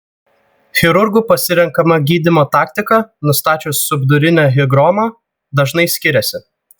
chirurgų pasirenkama gydymo taktika nustačius subdurinę higromą dažnai skiriasi